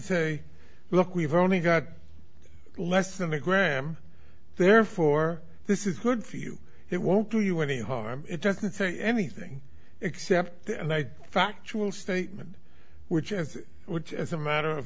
say look we've only got less than a gram therefore this is good for you it won't do you any harm it doesn't say anything except and i factual statement which is which as a matter of